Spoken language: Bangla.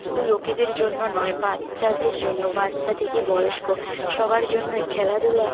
শুধু লোকেদের জন্য নয় বাচ্চাদের জন্য বাচ্চা থেকে বয়স্ক সবার জন্যই খেলাধুলা